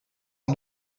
ans